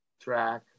Track